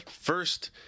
First